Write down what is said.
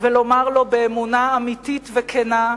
ולומר לו באמונה אמיתית וכנה: